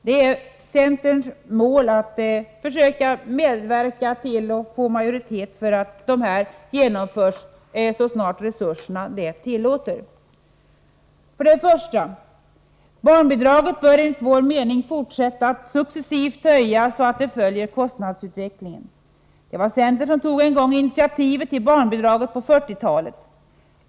Det är centerns mål att försöka få majoritet för ett genomförande av denna politik så snart resurserna det tillåter. För det första: Barnbidraget bör enligt vår mening fortsätta att successivt höjas så att det följer kostnadsutvecklingen. Det var centern som en gång tog initiativet till barnbidraget på 1940-talet.